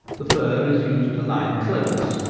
the fur is used to line cloaks,